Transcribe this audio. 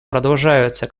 продолжаются